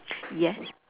yes